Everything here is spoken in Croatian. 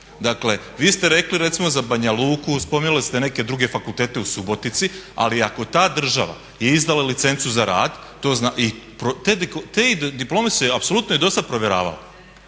Dakle, vi ste rekli recimo za Banja luku, spomenuli ste neke druge fakultete u Subotici ali ako ta država je izdala licencu za rad i te diplome su se apsolutno i dosad provjeravale,